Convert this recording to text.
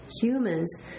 humans